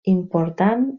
important